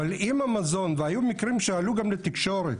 אבל אם המזון, ועלו מקרים שעלו גם לתקשורת.